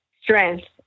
strength